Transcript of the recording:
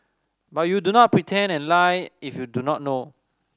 but you do not pretend and lie if you do not know